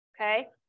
okay